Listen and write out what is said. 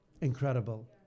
incredible